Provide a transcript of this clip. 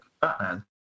Batman